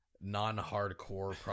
non-hardcore